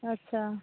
अच्छा